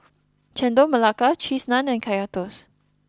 Chendol Melaka Cheese Naan and Kaya Toast